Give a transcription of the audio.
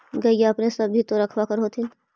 गईया अपने सब भी तो रखबा कर होत्थिन?